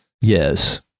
yes